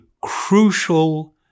crucial